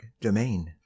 domain